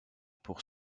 pour